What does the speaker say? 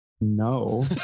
No